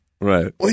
right